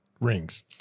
rings